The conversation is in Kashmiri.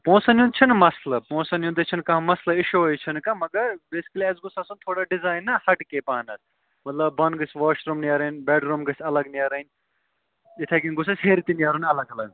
پونٛسَن ہُنٛد چھُنہٕ مَسلہٕ پونٛسَن ہُنٛدُے چھُنہٕ کانٛہہ مسلہٕ اِشوٕے چھُنہٕ کانٛہہ مگر بیٚسِکلی اَسہِ گوٚژھ آسُن تھوڑا ڈِزاین نا ہَٹ کے پہن مطلب بۄنہٕ گٔژھۍ واش روٗم نیرٕنۍ بٮ۪ڈ روٗم گٔژھۍ الگ نیٚرٕنۍ یِتھے کٔنۍ گوٚژھ اَسہِ ہٮ۪رِ تہِ نیرُن الگ الگ